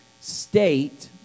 state